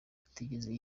atigeze